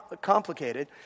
complicated